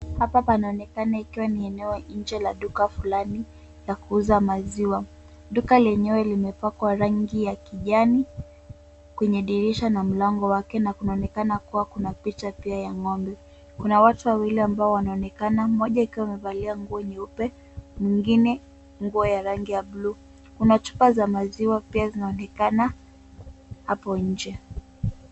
Hapa panaonekana ikiwa ni eneo nje ya duka fulani ya kuuza maziwa. Duka lenyewe limepakwa rangi ya kijani kwenye dirisha na mlango wake na kunaonekana kuwa kuna picha ya ng'ombe. Kuna watu wawili ambao wanaonekana mmoja akiwa amevalia nguo nyeupe, mwingine nguo ya rangi ya buluu. Kuna chupa za maziwa pia zinaonekana hapo nje.